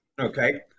Okay